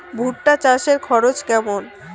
ভুট্টা চাষে খরচ কেমন?